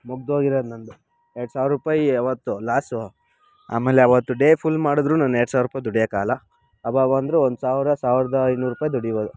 ಮುಗ್ದು ಹೋಗಿರೋದ್ ನನ್ನದು ಎರಡು ಸಾವಿರ ರೂಪಾಯಿ ಆವತ್ತು ಲಾಸು ಆಮೇಲೆ ಆವತ್ತು ಡೇ ಫುಲ್ ಮಾಡಿದ್ರು ನಾನು ಎರಡು ಸಾವಿರ ರೂಪಾಯಿ ದುಡಿಯೋಕ್ಕಾಗಲ್ಲ ಅಬ್ಬಬಾ ಅಂದ್ರೂ ಒಂದು ಸಾವಿರ ಸಾವಿರದ ಐನೂರು ರೂಪಾಯಿ ದುಡಿಬೋದು